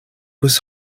was